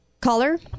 Caller